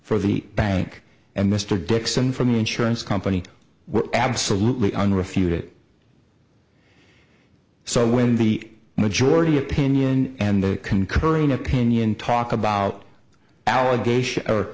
for the bank and mr dixon from the insurance company were absolutely unrefuted so when the majority opinion and the concurring opinion talk about allegation or